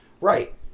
Right